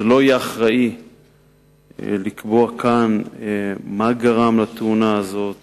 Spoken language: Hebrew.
לא יהיה אחראי לקבוע כאן מה גרם לתאונה הזאת